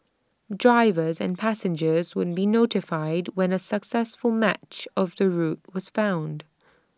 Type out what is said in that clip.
drivers and passengers would be notified when A successful match of the route was found